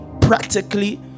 practically